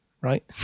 right